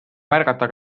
märgata